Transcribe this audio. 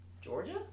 Georgia